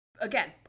again